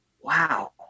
wow